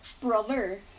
brother